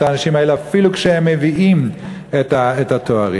האנשים האלה אפילו כשהם מביאים את התארים.